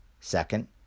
Second